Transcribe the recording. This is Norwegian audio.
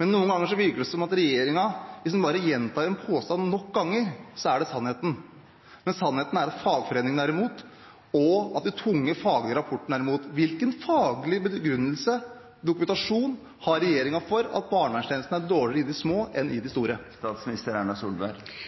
Noen ganger virker det som at hvis regjeringen bare gjentar en påstand nok antall ganger, så er det sannheten. Men sannheten er at fagforeningene er imot, og at de faglig tunge rapportene sier imot. Hvilken faglig begrunnelse, dokumentasjon, har regjeringen for at barnevernstjenestene er dårligere i de små kommunene enn i de store?